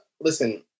listen